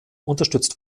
unterstützt